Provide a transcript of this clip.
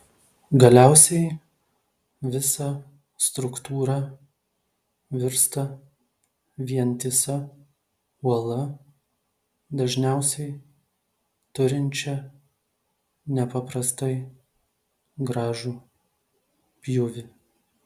galiausiai visa struktūra virsta vientisa uola dažniausiai turinčia nepaprastai gražų pjūvį